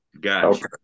Gotcha